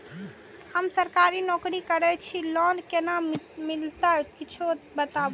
हम सरकारी नौकरी करै छी लोन केना मिलते कीछ बताबु?